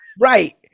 Right